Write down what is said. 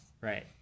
Right